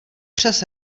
přes